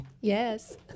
Yes